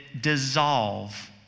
dissolve